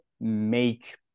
make